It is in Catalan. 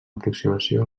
aproximació